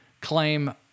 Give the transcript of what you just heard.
claim